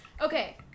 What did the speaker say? Okay